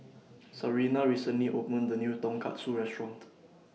Sarina recently opened The New Tonkatsu Restaurant